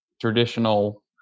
traditional